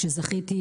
שזכיתי,